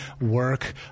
work